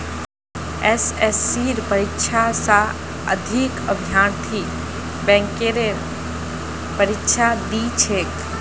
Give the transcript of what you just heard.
एसएससीर परीक्षा स अधिक अभ्यर्थी बैंकेर परीक्षा दी छेक